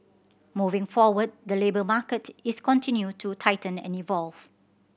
moving forward the labour market is continue to tighten and evolve